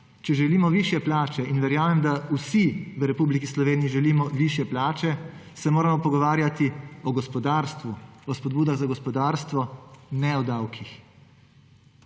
če želimo višje, in verjamem, da vsi v Republiki Sloveniji želimo višje plače, se moramo pogovarjati o gospodarstvu, o spodbudah za gospodarstvo, ne o davkih.